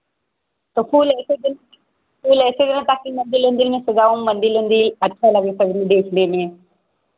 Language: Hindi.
तो फूल फूल ऐसे पैकिंग मंदिल उंदील में सजाऊँ मंदिर उंदील अच्छा लगे देखने में